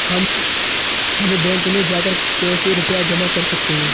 हम बैंक में जाकर कैसे रुपया जमा कर सकते हैं?